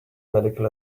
medical